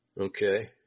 okay